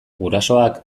gurasoak